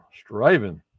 striving